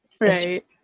right